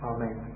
Amen